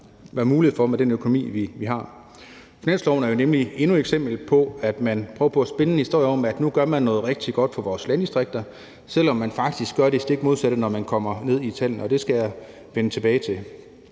være mulighed for med den økonomi, vi har. Finanslovsforslaget er jo nemlig endnu et eksempel på, at man prøver på at spinne en historie om, at man nu gør noget rigtig godt for vores landdistrikter, selv om man faktisk gør det stik modsatte, hvad man kan se, når man kommer ned i tallene, og det skal jeg vende tilbage til.